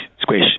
squish